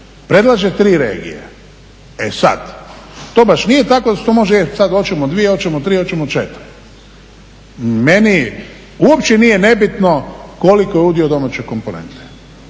predlaže 3 regije. E sad, to baš nije tako da se to može e sad oćemo 2, oćemo 3, oćemo 4. Meni uopće nije nebitno koliko je udio domaće komponente,